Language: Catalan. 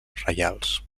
reials